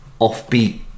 offbeat